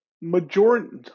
majority